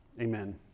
amen